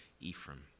Ephraim